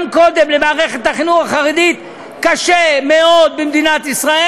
גם קודם למערכת החינוך החרדית היה קשה מאוד במדינת ישראל.